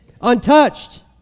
Untouched